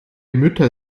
mütter